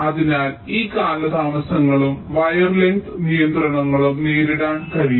അതിനാൽ ഈ കാലതാമസങ്ങളും വയർ ലെങ്ത്സ് നിയന്ത്രണങ്ങളും നേരിടാൻ കഴിയും